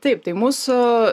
taip tai mūsų